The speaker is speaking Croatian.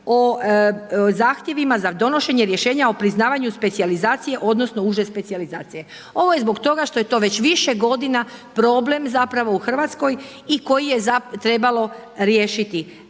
o zahtjevima za donošenje rješenja o priznavanju specijalizacije odnosno uže specijalizacije. Ovo je zbog toga što je to već više godina problem zapravo u Hrvatskoj i koji je treba riješiti.